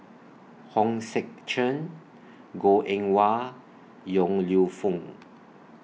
Hong Sek Chern Goh Eng Wah Yong Lew Foong